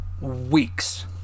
weeks